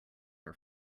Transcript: are